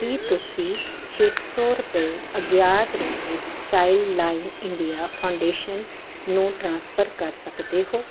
ਕੀ ਤੁਸੀਂਂ ਛੇ ਸੌ ਰੁਪਏ ਅਗਿਆਤ ਰੂਪ ਵਿੱਚ ਚਾਈਲਡਲਾਈਨ ਇੰਡੀਆ ਫੌਂਡੇਸ਼ਨ ਨੂੰ ਟ੍ਰਾਂਸਫਰ ਕਰ ਸਕਦੇ ਹੋ